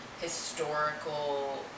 historical